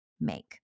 make